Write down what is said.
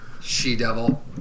She-Devil